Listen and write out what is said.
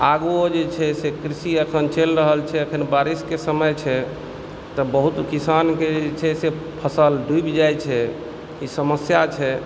आगुओ जे छै से कृषि अखन चलि रहल छै अखन बारिशके समय छै तऽ बहुत किसानके जे छै से फसल डूबि जाइत छै ई समस्या छै